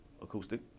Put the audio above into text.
acoustic